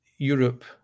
Europe